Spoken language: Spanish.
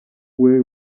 fue